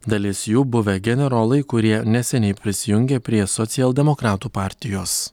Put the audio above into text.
dalis jų buvę generolai kurie neseniai prisijungė prie socialdemokratų partijos